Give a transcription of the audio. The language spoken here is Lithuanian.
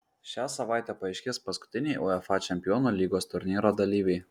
šią savaitę paaiškės paskutiniai uefa čempionų lygos turnyro dalyviai